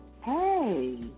Hey